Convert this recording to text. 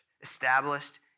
established